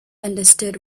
understood